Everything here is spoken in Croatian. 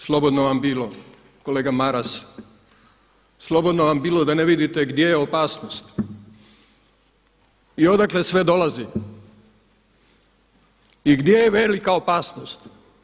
Slobodno vam bilo kolega Maras, slobodno vam bilo da ne vidite gdje je opasnost i odakle sve dolazi i gdje je velika opasnost.